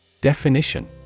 Definition